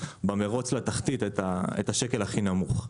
במרוץ לתחתית, את השקל הכי נמוך.